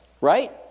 Right